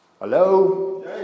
Hello